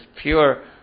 pure